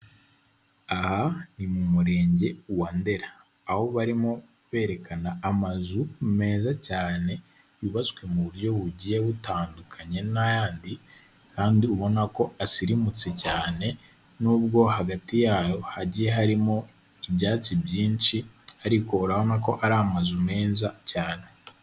Aha ni mu murenge wa Ndera aho barimo berekana amazu meza cyane yubatswe mu buryo bugiye butandukanye n'ayandi kandi ubona ko asirimutse cyane nubwo hagati yayo hagiye harimo ubyatsi byinshi ariko urabona ko ari amazu meza cyane.